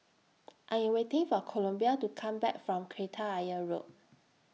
I Am waiting For Columbia to Come Back from Kreta Ayer Road